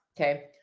Okay